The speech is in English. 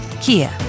Kia